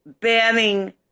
banning